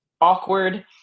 awkward